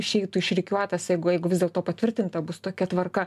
išeitų iš rikiuotės jeigu jeigu vis dėlto patvirtinta bus tokia tvarka